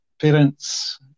parents